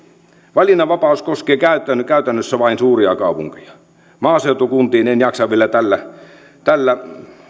valinnanvapaus koskee käytännössä vain suuria kaupunkeja en jaksa vielä tällä tällä